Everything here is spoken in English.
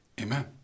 Amen